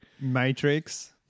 Matrix